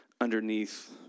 underneath